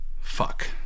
Fuck